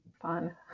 fun